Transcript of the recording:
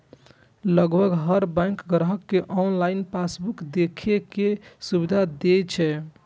लगभग हर बैंक ग्राहक कें ऑनलाइन पासबुक देखै के सुविधा दै छै